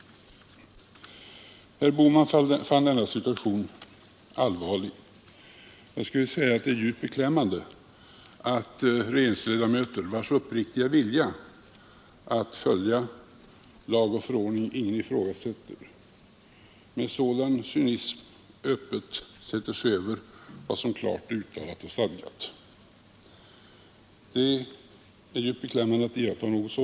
Herr Bohman fann denna situation allvarlig. Jag skulle vilja säga att det är djupt beklämmande att regeringsledamöter, vilkas uppriktiga vilja att följa lag och förordning ingen ifrågasätter, med sådan cynism öppet sätter sig över vad som är klart uttalat och stadgat. Det är djupt beklämmande.